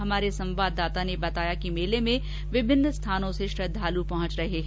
हमारे सवांददाता ने बताया कि मेले में विभिन्न स्थानों से श्रद्वालू पहुंच रहे है